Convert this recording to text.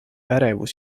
ärevus